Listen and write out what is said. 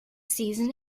season